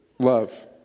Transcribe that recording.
Love